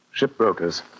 shipbrokers